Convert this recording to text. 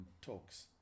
talks